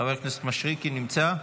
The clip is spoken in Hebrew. חבר הכנסת מישרקי נמצא?